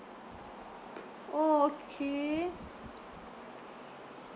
orh okay